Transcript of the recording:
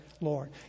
Lord